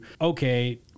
okay